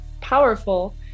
powerful